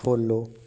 follow